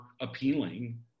appealing